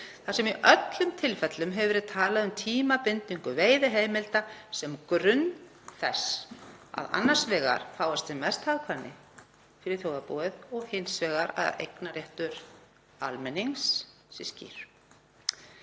þar sem í öllum tilfellum hefur verið talað um tímabindingu veiðiheimilda sem grunn þess að annars vegar náist sem mest hagkvæmni fyrir þjóðarbúið og hins vegar eignarréttur almennings sé skýr.